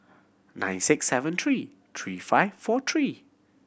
nine six seven three three five four three